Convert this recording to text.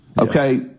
okay